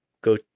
go